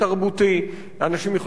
אנשים יכולים להגיע למקומות עבודה,